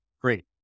Great